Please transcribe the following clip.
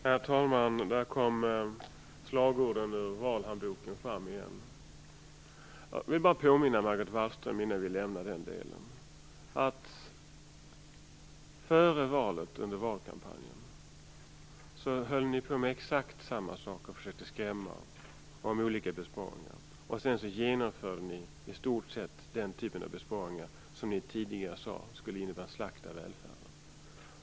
Herr talman! Där kom slagorden ur valhandboken fram igen. Innan vi lämnar den delen vill jag bara påminna Margot Wallström om att ni före valet, under valkampanjen, höll på med exakt samma sak och försökte skrämma väljarna med vilka besparingar vi ville genomföra, och sedan genomförde ni själva i stort sett den typ av besparingar som ni tidigare hade sagt skulle innebära en slakt av välfärden.